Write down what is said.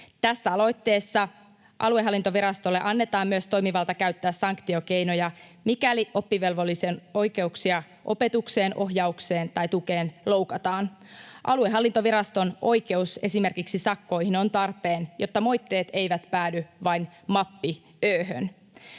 Tässä aloitteessa aluehallintovirastolle annetaan myös toimivalta käyttää sanktiokeinoja, mikäli oppivelvollisen oikeuksia opetukseen, ohjaukseen tai tukeen loukataan. Aluehallintoviraston oikeus esimerkiksi sakkoihin on tarpeen, jotta moitteet eivät päädy vain mappi ö:hön.